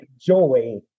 joy